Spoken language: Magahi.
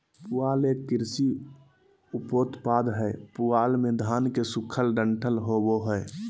पुआल एक कृषि उपोत्पाद हय पुआल मे धान के सूखल डंठल होवो हय